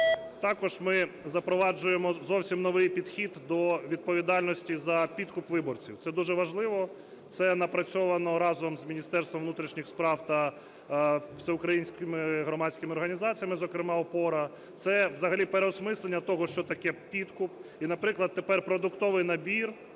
Також ми запроваджуємо зовсім новий підхід до відповідальності за підкуп виборців. Це дуже важливо, це напрацьовано разом з Міністерством внутрішніх справ та всеукраїнськими громадськими організаціями, зокрема, "Опора". Це взагалі переосмислення того, що таке підкуп. І, наприклад, тепер продуктовий набір,